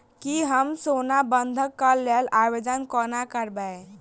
की हम सोना बंधन कऽ लेल आवेदन कोना करबै?